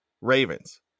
Ravens